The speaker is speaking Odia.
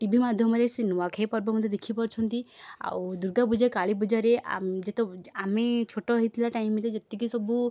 ଟି ଭି ମାଧ୍ୟମରେ ସିଏ ନୂଆଖାଇ ପର୍ବ ମଧ୍ୟ ଦେଖିପାରୁଛନ୍ତି ଆଉ ଦୁର୍ଗା ପୂଜା କାଳୀ ପୂଜାରେ ଆ ଯେତେ ଆମେ ଛୋଟ ହେଇଥିବା ଟାଇମରେ ଯେତିକି ସବୁ